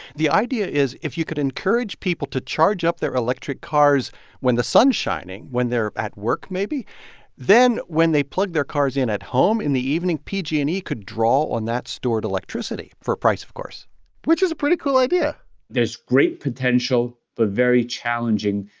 the idea is if you could encourage people to charge up their electric cars when the sun's shining when they're at work, maybe then when they plug their cars in at home in the evening, pg and e could draw on that stored electricity for a price, of course which is a pretty cool idea there's great potential, but very challenging.